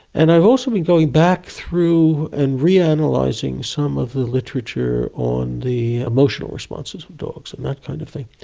and i've also been going back through and reanalysing some of the literature on the emotional responses of dogs and that kind of thing.